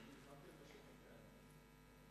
גברתי היושבת-ראש,